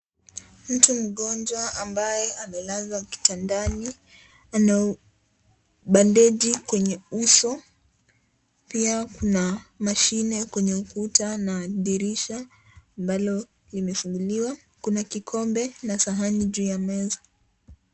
Mtu mgonjwa ambaye amelazwa kitandani ana bandeji kwenye uso. Pia kuna mashine kwenye ukuta na dirisha ambalo limefunguliwa. Kuna kikombe na sahani juu ya meza.